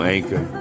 Anchor